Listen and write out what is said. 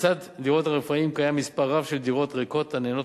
לצד דירות הרפאים קיים מספר רב של דירות ריקות הנהנות